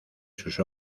sus